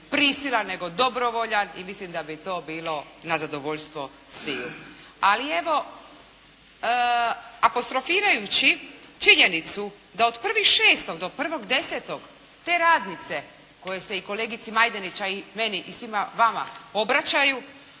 nego dobrovoljan. I mislim da bi to bilo na zadovoljstvo sviju. Ali evo, apostrofirajući činjenicu da od 1.6. do 1.10. te radnice koje se i kolegici Majdenić, a i meni i svima vama obraćaju,